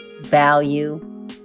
value